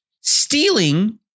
stealing